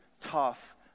tough